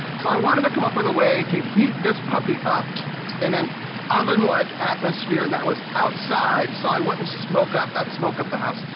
so i wanted to come up with a way to heat this puppy up in an oven-like atmosphere that was outside so i wouldn't smoke up, not smoke up the house,